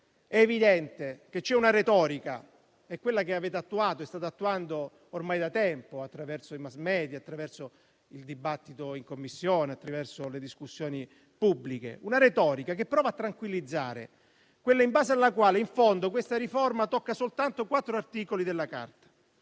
È evidente che c'è una retorica, quella che avete attuato e state attuando ormai da tempo, attraverso i *mass media*, attraverso il dibattito in Commissione e attraverso le discussioni pubbliche, che prova a tranquillizzare: quella in base alla quale, in fondo, questa riforma tocca soltanto quattro articoli della Carta.